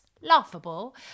laughable